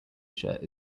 shirt